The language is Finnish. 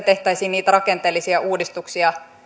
tehtäisiin niitä rakenteellisia uudistuksia